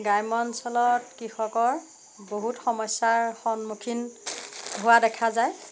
গ্ৰাম্য অঞ্চলত কৃষকৰ বহুত সমস্যাৰ সন্মুখীন হোৱা দেখা যায়